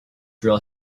drill